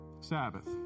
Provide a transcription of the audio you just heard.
Sabbath